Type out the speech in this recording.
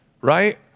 right